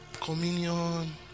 communion